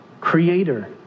creator